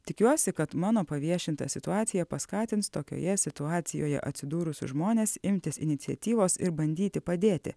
tikiuosi kad mano paviešinta situacija paskatins tokioje situacijoje atsidūrusius žmones imtis iniciatyvos ir bandyti padėti